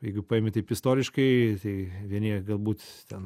jeigu paėmi taip istoriškai tai vieni galbūt ten